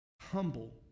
humble